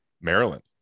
Maryland